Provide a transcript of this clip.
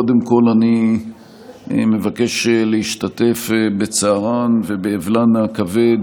קודם כול, אני מבקש להשתתף בצערן ובאבלן הכבד